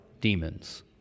demons